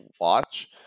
watch